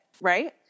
right